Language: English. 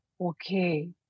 okay